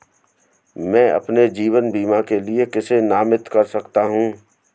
मैं अपने जीवन बीमा के लिए किसे नामित कर सकता हूं?